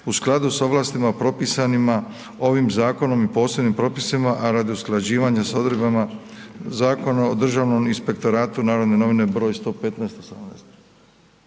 u skladu s ovlastima propisanima ovim zakonom i posebnim propisima a radi usklađivanja sa odredbama Zakona o Državnog inspektoratu, NN br. 115/18.